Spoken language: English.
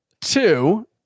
Two